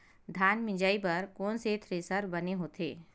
धान मिंजई बर कोन से थ्रेसर बने होथे?